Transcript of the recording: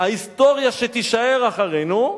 ההיסטוריה שתישאר אחרינו,